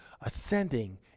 ascending